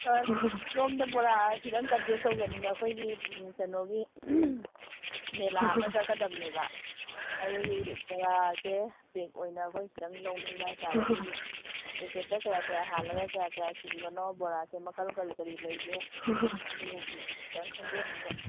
ꯁꯣꯝꯗ ꯕꯣꯔꯥ ꯈꯤꯇ ꯀꯟꯇꯦꯛ ꯇꯧꯖꯅꯤꯡꯕ ꯑꯩꯈꯣꯏꯒꯤ ꯀꯩꯅꯣꯒꯤ ꯃꯩꯂꯥ ꯑꯃ ꯆꯠꯀꯗꯕꯅꯦꯕ ꯑꯗꯨꯒꯤ ꯕꯣꯔꯥꯁꯦ ꯄꯦꯛ ꯑꯣꯏꯅ ꯑꯩꯈꯣꯏ ꯈꯤꯇꯪ ꯂꯧꯅꯤꯡꯕ ꯍꯥꯏ ꯇꯥꯔꯦ ꯑꯗꯨꯒꯤ ꯄꯦꯛꯀꯦꯠꯇ ꯀꯌꯥ ꯀꯌꯥ ꯍꯥꯜꯂꯒ ꯀꯌꯥ ꯀꯌꯥ ꯆꯤꯡꯕꯅꯣ ꯕꯣꯔꯥꯁꯦ ꯃꯈꯜ ꯀꯔꯤ ꯀꯔꯤ ꯂꯩꯒꯦ ꯑꯗꯨꯒꯤ ꯈꯤꯇꯪ ꯈꯪꯖꯅꯤꯡꯕ